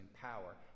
power